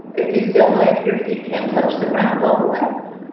if you feel like your feet can't touch the ground all the way,